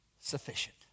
sufficient